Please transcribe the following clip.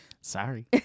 sorry